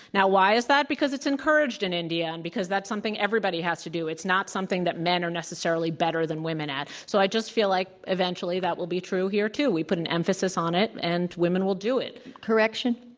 now, why is that? because it's encouraged in india, and because that's something everybody has to do. it's not something that men are necessarily better than women at. so i just feel like eventually that will be true here too. we put an emphasis on it, and women will do it. correction